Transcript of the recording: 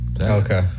Okay